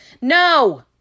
No